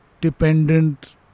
dependent